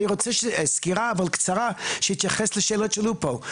אבל אני רוצה סקירה קצרה שתתייחס לשאלות שהעלו פה.